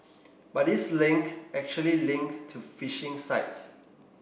but these link actually link to phishing sites